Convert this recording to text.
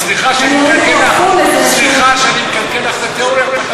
סליחה שאני מקלקל לך את התיאוריה.